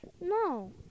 No